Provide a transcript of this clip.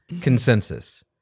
Consensus